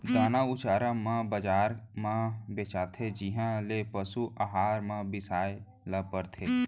दाना अउ चारा मन बजार म बेचाथें जिहॉं ले पसु अहार ल बिसाए ल परथे